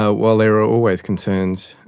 ah while there are always concerns